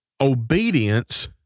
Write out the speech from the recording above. obedience